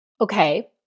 okay